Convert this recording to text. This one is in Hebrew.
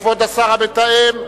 כבוד השר המתאם,